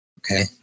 Okay